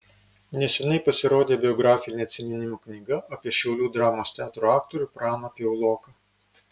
neseniai pasirodė biografinė atsiminimų knyga apie šiaulių dramos teatro aktorių praną piauloką